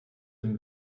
dem